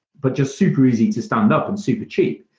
but just super easy to standup and super cheap.